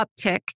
uptick